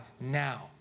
now